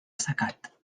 assecat